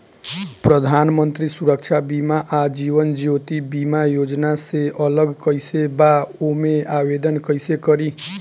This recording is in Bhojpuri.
प्रधानमंत्री सुरक्षा बीमा आ जीवन ज्योति बीमा योजना से अलग कईसे बा ओमे आवदेन कईसे करी?